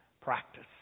practice